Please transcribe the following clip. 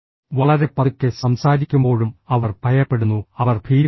വളരെ പതുക്കെ സംസാരിക്കുമ്പോഴും അവർ ഭയപ്പെടുന്നു അവർ ഭീരുക്കളാണ്